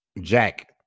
Jack